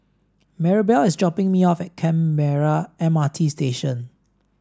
Marybelle is dropping me off at Canberra M R T Station